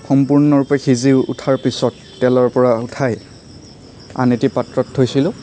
সম্পূৰ্ণৰূপে সিজি উঠাৰ পিছত তেলৰ পৰা উঠাই আন এটি পাত্ৰত থৈছিলোঁ